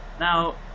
now